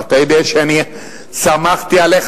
ואתה יודע שאני סמכתי עליך,